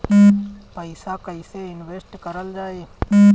पैसा कईसे इनवेस्ट करल जाई?